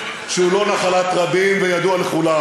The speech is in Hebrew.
שהוא לא נחלת רבים וידוע לכולם.